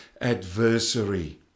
adversary